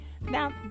Now